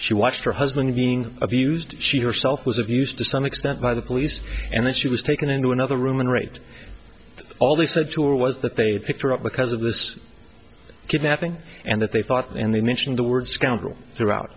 she watched her husband being abused she herself was of used to some extent by the police and then she was taken into another room and rate all they said to her was that they picked her up because of this kidnapping and that they thought and they mention the word scoundrel throughout